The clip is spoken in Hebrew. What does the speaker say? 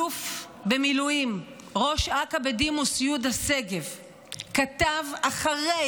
אלוף במילואים ראש אכ"א בדימוס יהודה שגב כתב אחרי